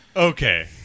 Okay